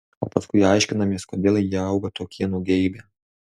o paskui aiškinamės kodėl jie auga tokie nugeibę